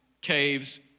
caves